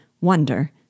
wonder